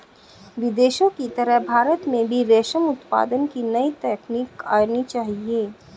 विदेशों की तरह भारत में भी रेशम उत्पादन की नई तकनीक आनी चाहिए